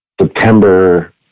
September